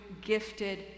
gifted